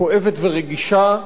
כואבת ורגישה,